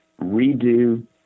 redo